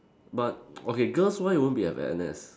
but okay girls wise won't be have N_S